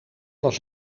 was